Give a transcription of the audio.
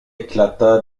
éclata